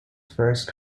first